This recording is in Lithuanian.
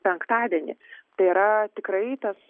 penktadienį tai yra tikrai tas